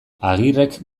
agirrek